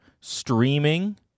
streaming